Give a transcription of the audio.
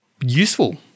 useful